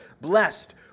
Blessed